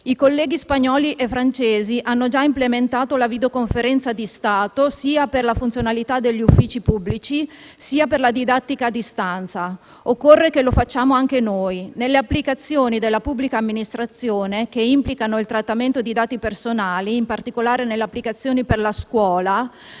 I colleghi spagnoli e francesi hanno già implementato la videoconferenza di Stato sia per la funzionalità degli uffici pubblici sia per la didattica a distanza. Occorre che lo facciamo anche noi. Nelle applicazioni della pubblica amministrazione che implicano il trattamento di dati personali, in particolare nelle applicazioni per la scuola,